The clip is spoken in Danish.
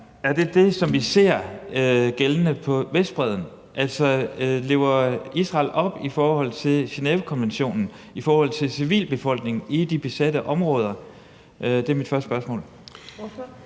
Er det dét, der er gældende på Vestbredden? Lever Israel op til Genèvekonventionen i forhold til civilbefolkningen i de besatte områder? Kl. 15:47 Fjerde